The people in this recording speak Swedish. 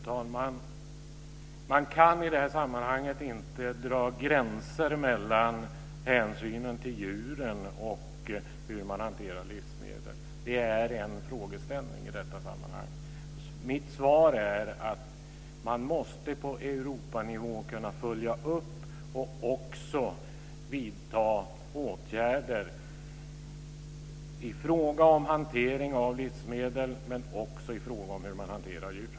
Fru talman! Man kan i det här sammanhanget inte dra gränser mellan hänsynen till djuren och hur man hanterar livsmedel. Det är en frågeställning i detta sammanhang. Mitt svar är att man på Europanivå måste kunna följa upp och vidta åtgärder i fråga om hantering av livsmedel men också i fråga om hur man hanterar djuren.